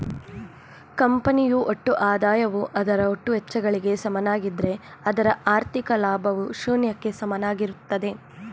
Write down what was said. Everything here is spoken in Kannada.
ಕಂಪನಿಯು ಒಟ್ಟು ಆದಾಯವು ಅದರ ಒಟ್ಟು ವೆಚ್ಚಗಳಿಗೆ ಸಮನಾಗಿದ್ದ್ರೆ ಅದರ ಹಾಥಿ೯ಕ ಲಾಭವು ಶೂನ್ಯಕ್ಕೆ ಸಮನಾಗಿರುತ್ತದೆ